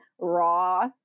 raw